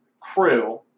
crew